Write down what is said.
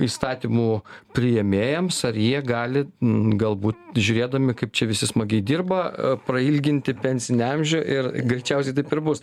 įstatymų priėmėjams ar jie gali galbūt žiūrėdami kaip čia visi smagiai dirba prailginti pensinį amžių ir greičiausiai taip ir bus